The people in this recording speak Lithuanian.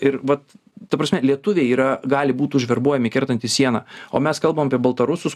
ir vat ta prasme lietuviai yra gali būt užverbuojami kertantys sieną o mes kalbam apie baltarusus